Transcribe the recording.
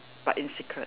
but in secret